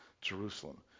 Jerusalem